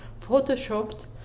photoshopped